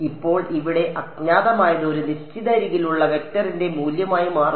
ഇപ്പോൾ ഇവിടെ അജ്ഞാതമായത് ഒരു നിശ്ചിത അരികിലുള്ള വെക്ടറിന്റെ മൂല്യമായി മാറുന്നു